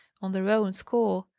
on their own score.